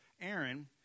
Aaron